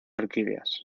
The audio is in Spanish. orquídeas